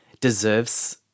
deserves